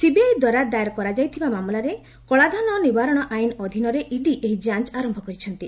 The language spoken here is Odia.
ସିବିଆଇ ଦ୍ୱାରା ଦାୟର କରାଯାଇଥିବା ମାମଲାରେ କଳାଧନ ନିର୍ବାରଣ ଆଇନ ଅଧୀନରେ ଇଡି ଏହି ଯାଞ୍ଚ ଆରମ୍ଭ କରିଛନ୍ତି